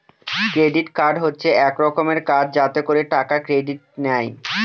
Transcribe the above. credit card হচ্ছে এক রকমের কার্ড যাতে করে টাকা ক্রেডিট নেয়